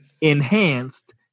enhanced